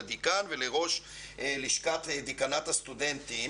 לדיקאן ולראש לשכת דיקנט הסטודנטים.